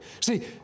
See